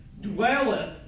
dwelleth